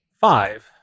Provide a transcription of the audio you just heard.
Five